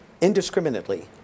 indiscriminately